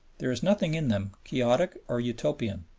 there is nothing in them quixotic or utopian.